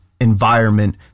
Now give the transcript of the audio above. environment